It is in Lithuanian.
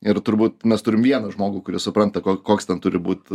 ir turbūt mes turim vieną žmogų kuris supranta koks ten turi būt